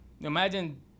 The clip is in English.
imagine